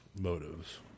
motives